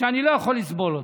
שאני לא יכול לסבול אותו.